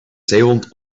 zeehond